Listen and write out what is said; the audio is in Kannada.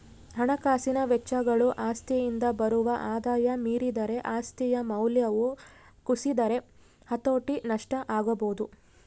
ಹಣಕಾಸಿನ ವೆಚ್ಚಗಳು ಆಸ್ತಿಯಿಂದ ಬರುವ ಆದಾಯ ಮೀರಿದರೆ ಆಸ್ತಿಯ ಮೌಲ್ಯವು ಕುಸಿದರೆ ಹತೋಟಿ ನಷ್ಟ ಆಗಬೊದು